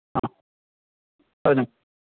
ആ പറഞ്ഞോ